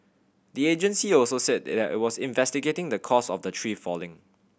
the agency also said it was investigating the cause of the tree falling